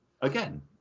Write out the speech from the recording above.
again